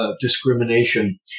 discrimination